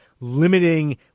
limiting